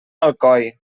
alcoi